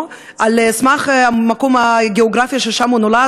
על סמך המקום הגיאוגרפי שבו הוא נולד,